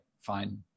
fine